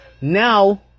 Now